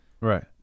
Right